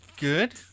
good